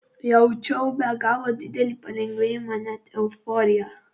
jaučiau be galo didelį palengvėjimą net euforiją